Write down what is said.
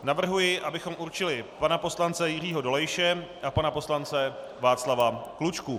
Navrhuji, abychom určili pana poslance Jiřího Dolejše a pana poslance Václava Klučku.